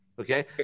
okay